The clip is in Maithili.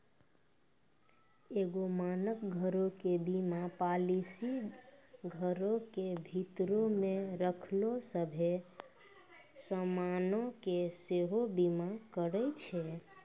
एगो मानक घरो के बीमा पालिसी घरो के भीतरो मे रखलो सभ्भे समानो के सेहो बीमा करै छै